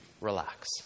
Relax